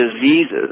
diseases